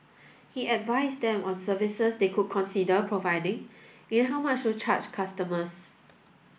he advised them on services they could consider providing and how much to charge customers